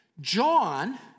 John